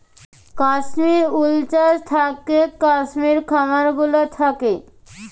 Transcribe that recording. কাশ্মির উল চাস থাকেক কাশ্মির খামার গুলা থাক্যে